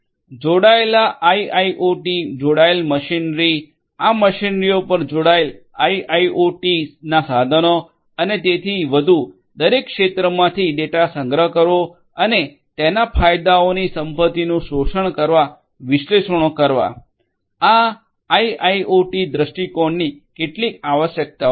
જોડાયેલ આઇઆઇઓટી જોડાયેલ મશીનરી આ મશીનરીઓ પર જોડાયેલ આઇઆઇઓટીના સાધનો અને તેથી વધુ દરેક ક્ષેત્રમાંથી ડેટા સંગ્રહ કરવો અને તેના ફાયદાઓની સંપત્તિનું શોષણ કરવા વિશ્લેષણો કરવા આ આઇઆઇઓટી દ્રષ્ટિકોણની કેટલીક આવશ્યકતાઓ છે